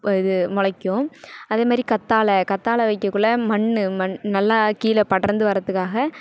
இது முளைக்கும் அதேமாதிரி கற்றால கற்றால வைக்கக்குள்ள மண் நல்லா கீழே படர்ந்து வர்றதுக்காக